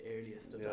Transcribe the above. earliest